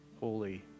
holy